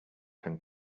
can